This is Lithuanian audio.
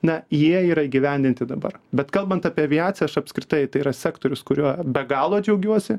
na jie yra įgyvendinti dabar bet kalbant apie aviaciją aš apskritai tai yra sektorius kuriuo be galo džiaugiuosi